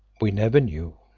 we never knew.